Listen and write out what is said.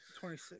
26